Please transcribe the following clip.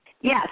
Yes